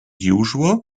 usual